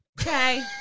Okay